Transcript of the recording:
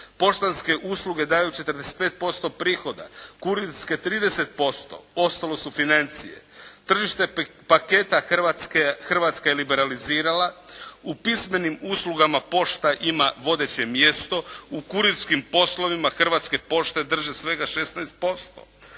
Poštanske usluge daju 45% prihoda. Kurirske 30%, ostalo su financije. Tržište paketa Hrvatske, Hrvatska je liberalizirala. U pismenim uslugama pošta ima vodeće mjesto. U kurirskim poslovima Hrvatske pošte drže svega 16%.